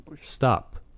stop